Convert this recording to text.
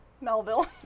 Melville